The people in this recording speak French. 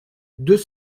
deux